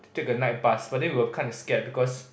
to take a night bus but then we were kinda scared because